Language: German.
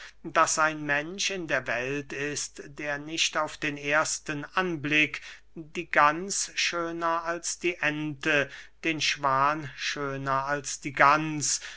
daß ein mensch in der welt ist der nicht auf den ersten anblick die gans schöner als die ente den schwan schöner als die gans